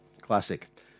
Classic